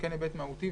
הוא כן היבט מהותי,